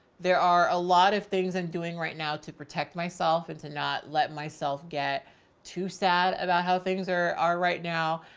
there are a lot of things i'm and doing right now to protect myself and to not let myself get too sad about how things are are right now.